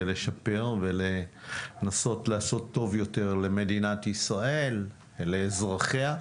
לשפר ולנסות לעשות טוב יותר למדינת ישראל ולאזרחיה.